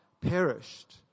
perished